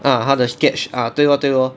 ah 他的 sketch ah 对 lor 对 lor